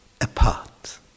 apart